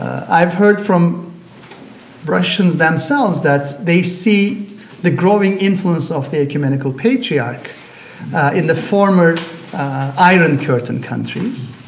i've heard from russians themselves that they see the growing influence of the ecumenical patriarch in the former iron curtain countries